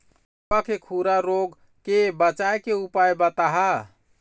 गरवा के खुरा रोग के बचाए के उपाय बताहा?